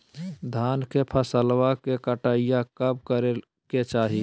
धान के फसलवा के कटाईया कब करे के चाही?